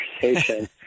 conversation